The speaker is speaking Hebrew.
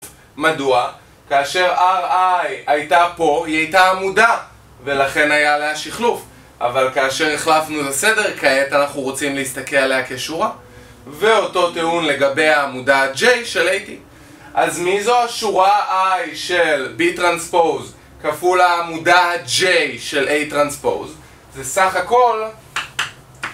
מדוע? כאשר Ri הייתה פה, היא הייתה עמודה, ולכן היה לה שחלוף. אבל כאשר החלפנו את הסדר כעת, אנחנו רוצים להסתכל עליה כשורה. ואותו טיעון לגבי העמודה ה-J שעליה הייתי. אז מי זו שורה I של B טרנספוז כפול העמודה ה-J של A טרנספוז? זה סך הכל...